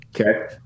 Okay